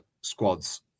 squads